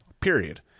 period